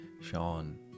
sean